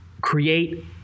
create